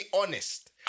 honest